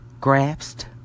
grasped